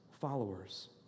followers